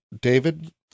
David